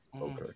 Okay